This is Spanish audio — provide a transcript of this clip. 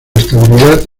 estabilidad